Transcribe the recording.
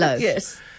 Yes